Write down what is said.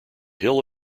hill